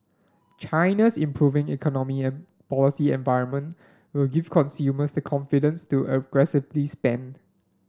China's improving economy and policy environment will give consumers the confidence to aggressively spend